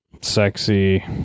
sexy